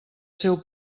seu